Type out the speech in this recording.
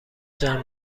جمع